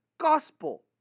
gospel